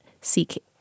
seek